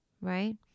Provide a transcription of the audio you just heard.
Right